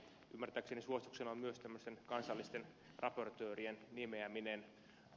ymmärtääkseni suosituksena on myös tämmöisten kansallisten raportöörien nimeäminen